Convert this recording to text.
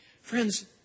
Friends